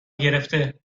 گرفته